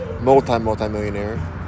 multi-multi-millionaire